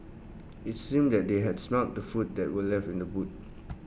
IT seemed that they had smelt the food that were left in the boot